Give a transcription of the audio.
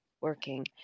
working